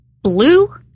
blue